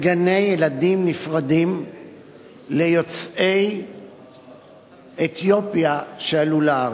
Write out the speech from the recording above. וגני-ילדים נפרדים ליוצאי אתיופיה שעלו לארץ,